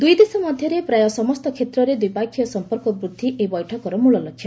ଦୁଇଦେଶ ମଧ୍ୟରେ ପ୍ରାୟ ସମସ୍ତ କ୍ଷେତ୍ରରେ ଦ୍ୱିପକ୍ଷୀୟ ସଂପର୍କ ବୃଦ୍ଧି ଏହି ବୈଠକର ମ୍ବଳଲକ୍ଷ୍ୟ